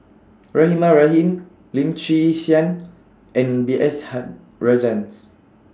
Rahimah Rahim Lim Chwee Chian and B S hug Rajhans